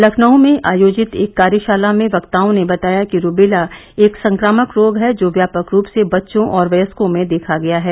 लखनऊ में आयोजित एक कार्यशाला में वक्ताओं ने बताया कि रूबेला एक संक्रामक रोग है जो व्यापक रूप से बच्चों और व्यस्को में देखा गया है